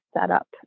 setup